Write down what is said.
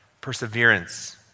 perseverance